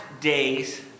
days